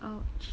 !ouch!